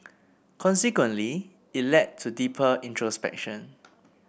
consequently it led to deeper introspection